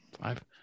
five